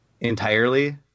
entirely